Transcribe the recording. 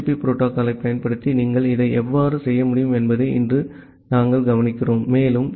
B புரோட்டோகால்யைப் பயன்படுத்தி நீங்கள் இதை எவ்வாறு செய்ய முடியும் என்பதை இன்று கவனிக்கிறோம் மேலும் டி